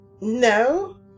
No